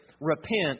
Repent